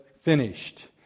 finished